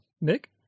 Nick